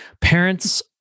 Parents